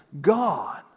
god